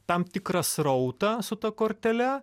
tam tikrą srautą su ta kortele